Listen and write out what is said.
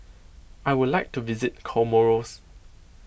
I would like to visit Comoros